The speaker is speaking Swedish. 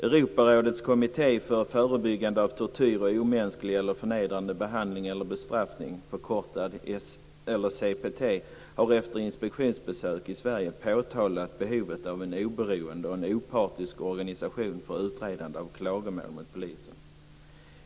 Europarådets kommitté för förebyggande av tortyr och omänsklig eller förnedrande behandling eller bestraffning, förkortad CPT, har efter inspektionsbesök i Sverige påtalat behovet av en oberoende och opartisk organisation för utredande av klagomål mot polisen.